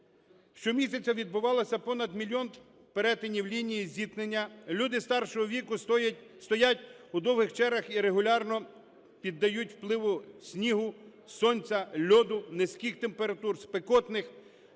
щомісяця відбувалося понад мільйон перетинів лінії зіткнення, люди старшого віку стоять у довгих чергах і регулярно піддаються впливу снігу, сонця, льоду, низьких температур, спекотних,